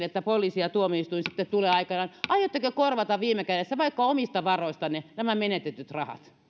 että poliisi ja tuomioistuin sitten tulevat aikanaan niin aiotteko korvata viime kädessä vaikka omista varoistanne nämä menetetyt rahat